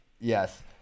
yes